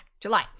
July